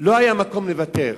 לא היה מקום לוותר.